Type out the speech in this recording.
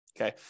Okay